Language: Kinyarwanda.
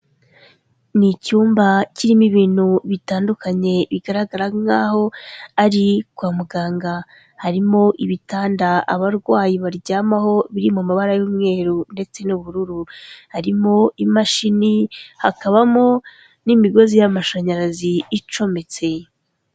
Ni icyumba kirimo ibintu bitandukanye bigaragara nkaho ari kwa muganga, harimo ibitanda abarwayi baryamaho biri mu mabara y'umweru ndetse n'ubururu, harimo imashini hakabamo n'imigozi y'amashanyarazi icometse.